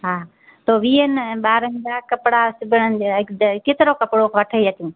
हा त वीह न ॿारनि जा कपिड़ा सिबण जे लाइक़ु दाए केतिरो कपिड़ो वठी अचूं